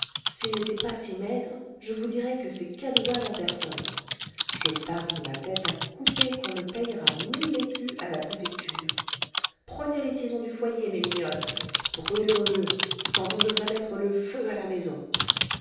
s'il n'était pas si maigre je vous dirais que c'est cadoudal en personne je parie ma tête à couper qu'on le payera mille écus à la préfecture prenez les tisons du foyer mes mignonnes brûlons le quand on devrait mettre le feu à la maison